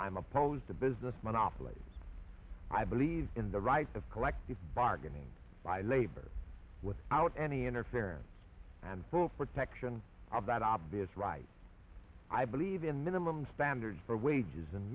i'm opposed to business monopolies i believe in the right of collective bargaining by labor without any interference and protection of that obvious right i believe in minimum standards for wages and